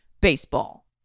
baseball